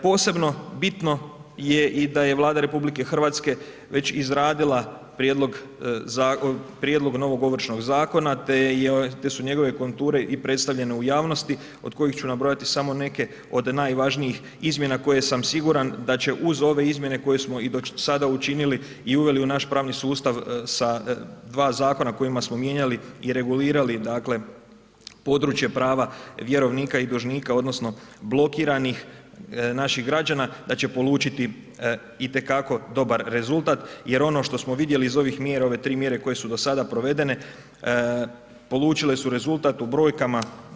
Posebno bitno je i da je Vlada RH već izradila prijedlog novog Ovršnog zakona, te su njegove konture i predstavljene u javnosti, od kojih ću nabrojati samo neke od najvažnijih izmjena koje sam siguran da će uz ove izmjene koje smo i do sada učinili i uveli u naš pravni sustav sa dva zakona kojima smo mijenjali i regulirali, dakle, područje prava vjerovnika i dužnika odnosno blokiranih naših građana, da će polučiti itekako dobar rezultat jer ono što smo vidjeli iz ovih mjera, ove tri mjere koje su do sada provedene, polučile su rezultat u brojkama.